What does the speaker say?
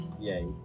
Yay